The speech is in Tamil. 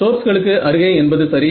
சோர்ஸ்களுக்கு அருகே என்பது சரி